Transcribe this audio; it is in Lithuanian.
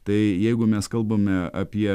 tai jeigu mes kalbame apie